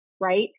right